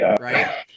right